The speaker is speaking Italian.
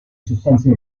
sostanze